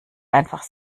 einfach